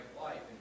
life